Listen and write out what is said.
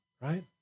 right